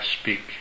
speak